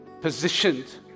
positioned